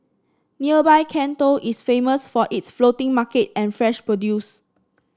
nearby Can Tho is famous for its floating market and fresh produce